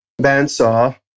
bandsaw